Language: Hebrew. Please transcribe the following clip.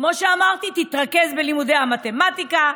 כמו שאמרתי, תתרכז בלימודי מתמטיקה,